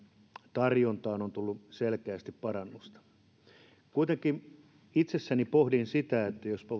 tarjontaan on tullut selkeästi parannusta kuitenkin itse pohdin sitä että jos